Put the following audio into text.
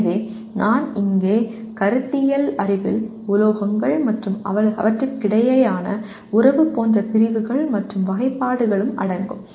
எனவே இங்கே கருத்தியல் அறிவில் உலோகங்கள் மற்றும் அவற்றுக்கிடையேயான உறவு போன்ற பிரிவுகள் மற்றும் வகைப்பாடுகளும் அடங்கும்